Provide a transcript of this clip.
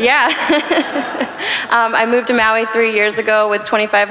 yeah i moved to maui three years ago with twenty five